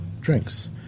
drinks